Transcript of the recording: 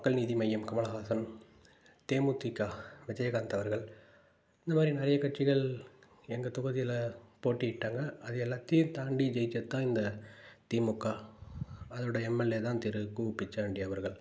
மக்கள் நீதி மையம் கமல்ஹாசன் தேமுதிக விஜயகாந்த் அவர்கள் இந்த மாதிரி நிறைய கட்சிகள் எங்கள் தொகுதியில் போட்டியிட்டாங்க அது எல்லாத்தையும் தாண்டி ஜெயித்தது தான் இந்த திமுக அதோடய எம்எல்ஏ தான் திரு கு பிச்சாண்டி அவர்கள்